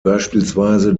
beispielsweise